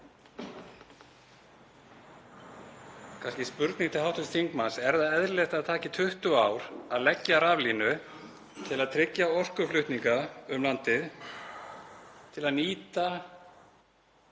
Kannski spurning til hv. þingmanns: Er það eðlilegt að það taki 20 ár að leggja raflínu til að tryggja orkuflutninga um landið, til að nýta